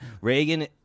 reagan